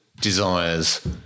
desires